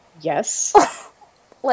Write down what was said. yes